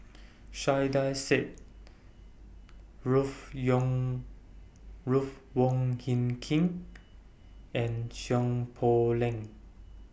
Saiedah Said Ruth Yong Ruth Wong Heng King and Poh Leng